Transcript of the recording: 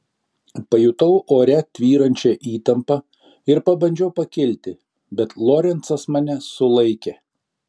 pajutau ore tvyrančią įtampą ir pabandžiau pakilti bet lorencas mane sulaikė